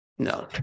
No